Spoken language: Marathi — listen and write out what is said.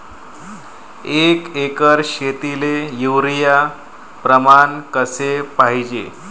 एक एकर शेतीले युरिया प्रमान कसे पाहिजे?